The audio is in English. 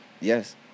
Yes